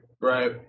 Right